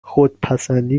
خودپسندی